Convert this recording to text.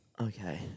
Okay